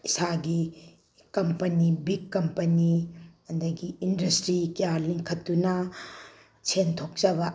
ꯏꯁꯥꯒꯤ company big company ꯑꯗꯒꯤ industry ꯀꯌꯥ ꯂꯤꯡꯈꯠꯇꯨꯅ ꯁꯦꯟ ꯊꯣꯛꯆꯕ